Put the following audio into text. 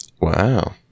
Wow